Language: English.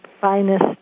finest